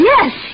Yes